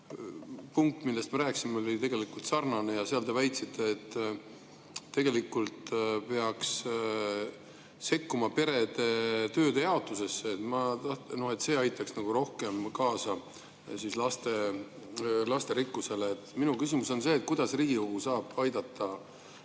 punkt, millest me rääkisime, oli tegelikult sarnane ja seal te väitsite, et tegelikult peaks sekkuma perede töödejaotusesse, see aitaks kaasa lasterikkusele. Minu küsimus on see: kuidas Riigikogu saab aidata?